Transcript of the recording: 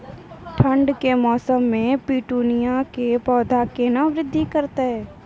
ठंड के मौसम मे पिटूनिया के पौधा केना बृद्धि करतै?